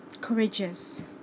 courageous